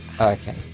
Okay